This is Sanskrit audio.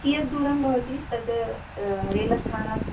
कीयत् दूरं भवति तद् रैल् स्थानात्